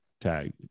tag